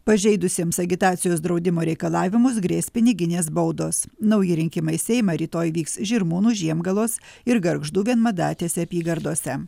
pažeidusiems agitacijos draudimo reikalavimus grės piniginės baudos nauji rinkimai į seimą rytoj vyks žirmūnų žiemgalos ir gargždų vienmandatėse apygardose